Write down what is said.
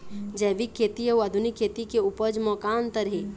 जैविक खेती अउ आधुनिक खेती के उपज म का अंतर हे?